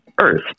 earth